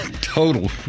total